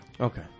Okay